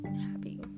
happy